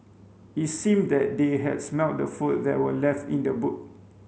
it seemed that they had smelt the food that were left in the boot